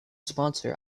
sponsor